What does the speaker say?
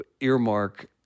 earmark